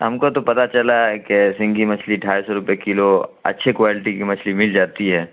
ہم کو تو پتہ چلا ہے کہ سنگھی مچھلی ڈھائی سو روپے کلو اچھے کوالٹی کی مچھلی مل جاتی ہے